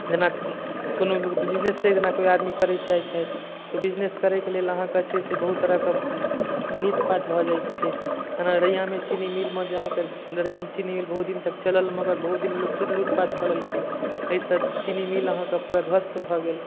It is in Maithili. जेना कोनो लोक बिजनसे जेना कोइ आदमी करै चाहै छथि तऽ बिजनेस करैके लेल अहाँके छै से बहुत तरहके लूटपाट भए जाइ छै एना रैयामे चीनी मीलमे जे अहाँके रैयाम चीनी मील बहुत दिन तक चलल मगर बहुत दिन लोक फिर लूटपाट कऽ लेलकै अइसँ चीनी मील अहाँके पूरा ध्वस्त भए गेल